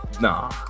Nah